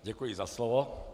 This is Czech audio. Děkuji za slovo.